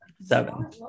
Seven